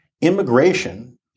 immigration